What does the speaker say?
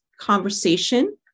conversation